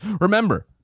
Remember